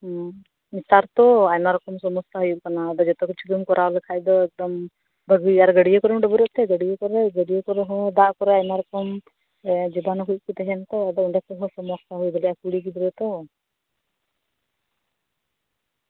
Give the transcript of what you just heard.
ᱦᱩᱸ ᱱᱮᱛᱟᱨ ᱛᱚ ᱟᱭᱢᱟ ᱨᱚᱠᱚᱢ ᱥᱚᱢᱚᱥᱥᱟ ᱦᱩᱭᱩᱜ ᱠᱟᱱᱟ ᱟᱫᱚ ᱡᱚᱛᱚ ᱠᱤᱪᱷᱩ ᱜᱮᱢ ᱠᱚᱨᱟᱣ ᱞᱮᱠᱷᱟᱱ ᱫᱚ ᱟᱹᱰᱤ ᱢᱚᱸᱡᱽ ᱟᱫᱚ ᱜᱟᱹᱰᱭᱟᱹ ᱠᱚᱨᱮᱢ ᱰᱟᱹᱵᱨᱟᱹᱜ ᱛᱮ ᱜᱟᱹᱰᱭᱟᱹ ᱠᱚᱨᱮ ᱫᱚ ᱟᱭᱢᱟ ᱨᱚᱠᱚᱢ ᱡᱤᱵᱟᱱᱩ ᱠᱚ ᱛᱟᱦᱮᱸ ᱱᱟᱛᱚ ᱟᱫᱚ ᱚᱸᱰᱮ ᱦᱚᱸ ᱥᱚᱢᱚᱥᱥᱟ ᱦᱩᱭ ᱫᱟᱲᱮᱭᱟᱜᱼᱟ ᱠᱩᱲᱤ ᱜᱤᱫᱽᱨᱟᱹ ᱛᱚ